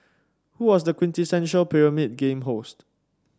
who was the quintessential Pyramid Game host